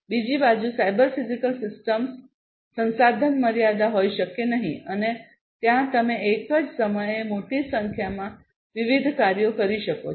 બીજી બાજુ cyber physical system સંસાધન મર્યાદા હોઈ શકે નહીં અને ત્યાં તમે એક જ સમયે મોટી સંખ્યામાં વિવિધ કાર્યો કરી શકો છો